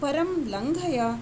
परं लङ्घय